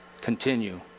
continue